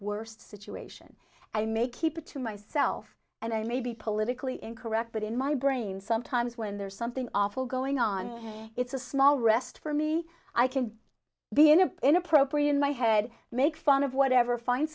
worst situation i may keep it to myself and i may be politically incorrect but in my brain sometimes when there's something awful going on it's a small rest for me i can be in an inappropriate in my head make fun of whatever find